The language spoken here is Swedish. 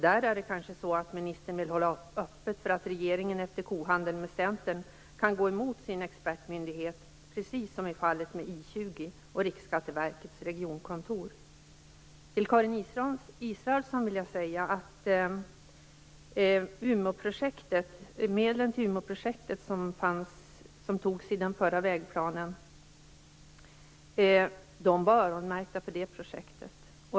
Där kanske ministern vill hålla öppet för att regeringen efter kohandeln med Centern skall kunna gå emot sin expertmyndighet, precis som i fallen med I 20 och Till Karin Israelsson vill jag säga att medlen till Umeåprojektet i den förra vägplanen var öronmärkta till det projektet.